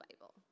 Bible